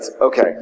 okay